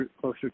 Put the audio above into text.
closer